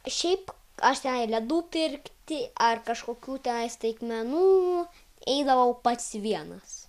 šiaip aš tenai ledų pirkti ar kažkokių tenai staigmenų eidavau pats vienas